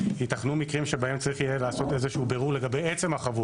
יתכנו מקרים שבהם צריך יהיה לעשות איזה שהוא בירור לגבי עצם החבות.